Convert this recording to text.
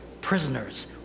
prisoners